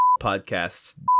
podcasts